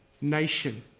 nation